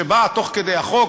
שבאה תוך כדי החוק,